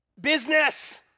business